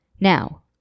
Now